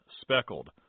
speckled